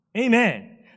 Amen